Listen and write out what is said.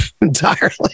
entirely